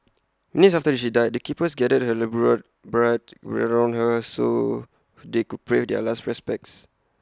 minutes after she died the keepers gathered her labourer brood around her so they could pay their last respects